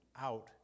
out